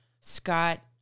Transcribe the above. Scott